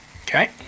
Okay